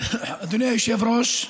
אדוני היושב-ראש,